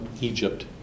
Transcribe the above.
Egypt